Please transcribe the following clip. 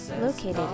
located